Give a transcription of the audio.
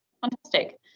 fantastic